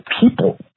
people